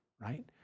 right